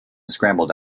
scrambled